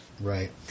Right